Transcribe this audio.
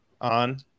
on